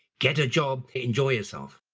get a job, enjoy yourself!